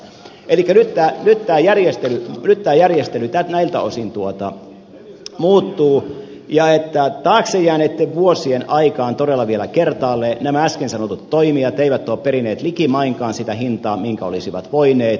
eli nyt tämä järjestely näiltä osin muuttuu ja taakse jääneitten vuosien aikaan todella vielä kertaalleen nämä äsken sanotut toimijat eivät ole perineet likimainkaan sitä hintaa minkä olisivat voineet